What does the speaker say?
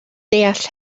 deall